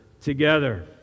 together